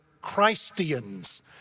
Christians